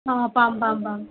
অ পাম পাম পাম